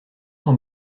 sans